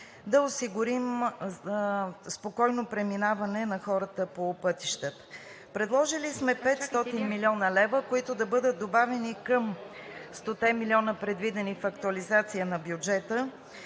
да осигурим спокойно преминаване на хората по пътищата. Предложили сме 500 млн. лв., които да бъдат добавени към 100-те милиона, предвидени в актуализацията на бюджета,